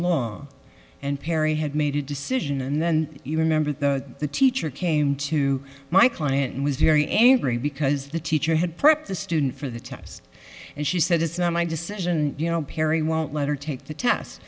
law and perry had made a decision and then you remember the teacher came to my client and was very angry because the teacher had prepped the student for the test and she said it's not my decision you know perry won't let her take the test